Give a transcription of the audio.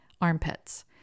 armpits